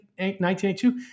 1982